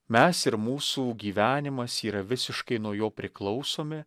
mes ir mūsų gyvenimas yra visiškai nuo jo priklausomi